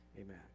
Amen